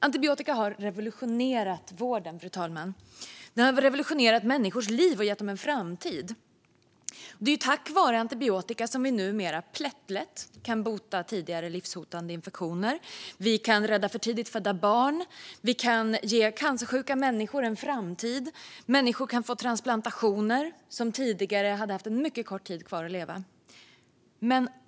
Antibiotika har revolutionerat vården och människors liv, fru talman. Det är tack vare antibiotika som vi numera plättlätt kan bota tidigare livshotande infektioner, rädda för tidigt födda barn och ge cancersjuka människor en framtid. Människor som tidigare hade haft en mycket kort tid kvar att leva kan få transplantationer.